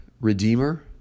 redeemer